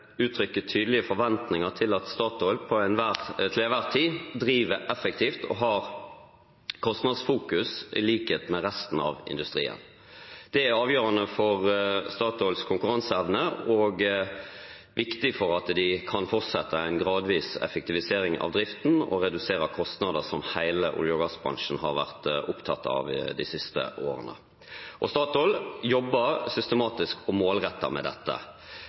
uttrykker tydelige forventninger til at Statoil til enhver tid driver effektivt og har kostnadsfokus, i likhet med resten av industrien. Det er avgjørende for Statoils konkurranseevne og viktig for at de kan fortsette en gradvis effektivisering av driften og redusere kostnader, noe hele olje- og gassbransjen har vært opptatt av de siste årene. Statoil jobber systematisk og målrettet med dette.